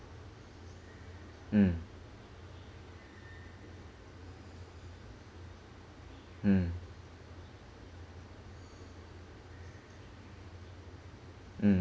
mm mm mm